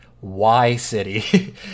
Y-City